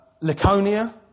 Laconia